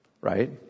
Right